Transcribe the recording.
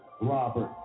Robert